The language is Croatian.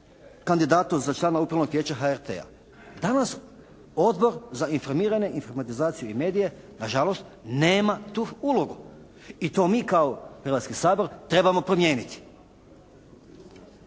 kandidatu za člana Upravnog vijeća HRT-a. Danas Odbor za informiranje, informatizaciju i medije na žalost nema tu ulogu i to mi kao Hrvatski sabor trebamo promijeniti.